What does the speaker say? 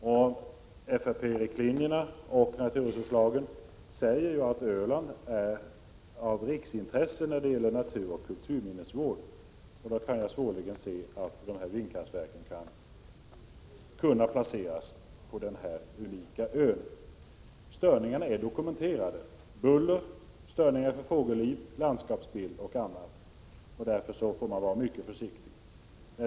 I FRP-riktlinjerna och i miljöskyddslagen sägs ju att Öland är av riksintresse när det gäller naturoch kulturminnesvård. Jag kan svårligen se att vindkraftverk skulle kunna placeras på denna unika ö. Störningarna är dokumenterade: buller, störningar för fågelliv och landskapsbild osv. Därför får vi vara mycket försiktiga.